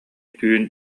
түүн